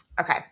Okay